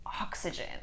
oxygen